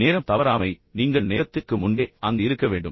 நேரம் தவறாமை நீங்கள் நேரத்திற்கு முன்பே அங்கு இருக்க வேண்டும்